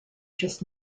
just